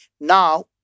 now